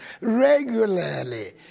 regularly